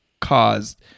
caused